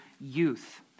youth